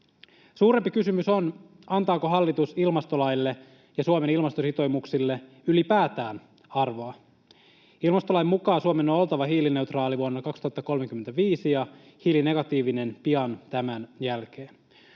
Suurempi kysymys on, antaako hallitus ilmastolaille ja Suomen ilmastositoumuksille ylipäätään arvoa. Ilmastolain mukaan Suomen on oltava hiilineutraali vuonna 2035 ja hiilinegatiivinen pian tämän jälkeen.